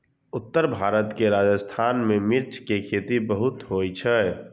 उत्तर भारत के राजस्थान मे मिर्च के खेती बहुत होइ छै